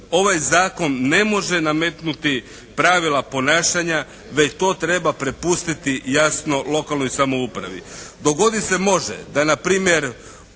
ovaj Zakon ne može nametnuti pravila ponašanja već to treba prepustiti jasno lokalnoj samoupravi. Dogodit se može da npr.